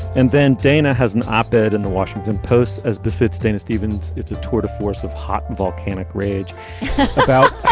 and then dana has an op ed in the washington post, as befits dana stevens. it's a tour de force of hot volcanic rage about